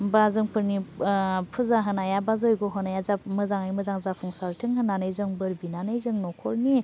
बा जोंफोरनि फुजा होनाया बा जयग' होनाया मोजाङै मोजां जाफुंसारथों होन्नानै जों बोर बिनानै जों न'खरनि